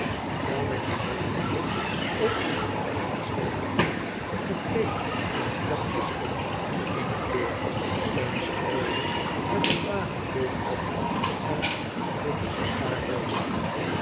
kwam ik dien bottelier ook op zijn pantoffels tegen gekleed in een jachtkostuum van één kleur een stroohoed met een lagen bol op en een vroege sigaar rookende